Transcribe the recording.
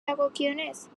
dagokionez